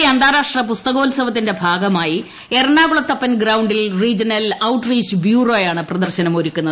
കൊച്ചി അന്താരാഷ്ട്ര പുസ്തകോത്സവൃത്തിന്റെ ഭാഗമായി എറണാകുള ത്തപ്പൻ ഗ്രൌണ്ടിൽ റീജ്യണിൽ ഔട്ട്റീച്ച് ബ്യൂറോയാണ് പ്രദർശനം ഒരുക്കുന്നത്